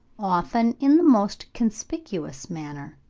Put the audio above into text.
often in the most conspicuous manner.